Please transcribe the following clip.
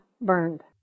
burned